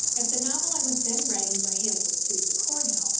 if the novel i was then writing for him would suit the cornhill,